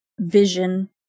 vision